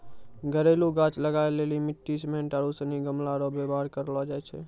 घरेलू गाछ लगाय लेली मिट्टी, सिमेन्ट आरू सनी गमलो रो वेवहार करलो जाय छै